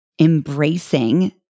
embracing